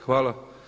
Hvala.